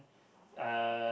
uh